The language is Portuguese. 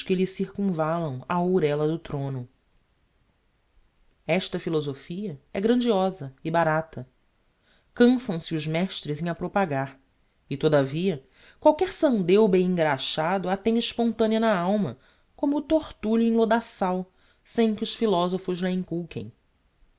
lhe circumvalam á ourela do throno esta philosophia é grandiosa e barata cançam se os mestres em a propagar e todavia qualquer sandeu bem engraxado a tem espontanea na alma como tortulho em lodaçal sem que os philosophos lh'a